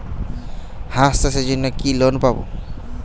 হাঁস চাষের জন্য কি লোন পাব?